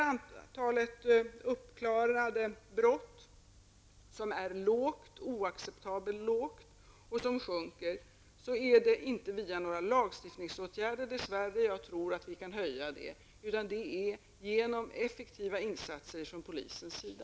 Antalet uppklarade brott är lågt, oacceptabelt lågt, och det sjunker. Jag tror dess värre inte att vi kan höja denna siffra genom lagstiftningsåtgärder, utan det kan ske genom effektiva insatser från polisens sida.